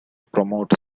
promote